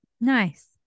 nice